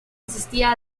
asistía